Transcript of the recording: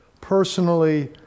personally